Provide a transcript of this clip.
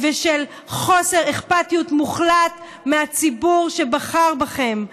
ושל חוסר אכפתיות מוחלט מהציבור שבחר בכם: